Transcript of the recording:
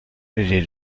les